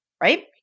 right